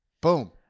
Boom